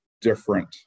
different